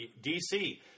DC